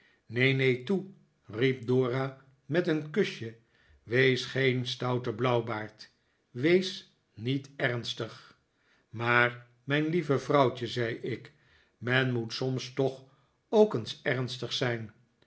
neen neen toe riep dora met een kusje wees geen stoute blauwbaard wees niet ernstig maar mijn lieve vrouwtje zei ik men moet soms toch ook eens ernstig zijn